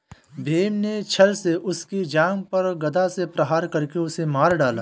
भीम ने छ्ल से उसकी जांघ पर गदा से प्रहार करके उसे मार डाला